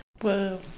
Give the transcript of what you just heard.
Whoa